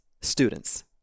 students